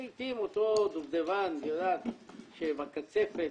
לעתים אותו דובדבן שבקצפת,